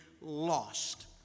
lost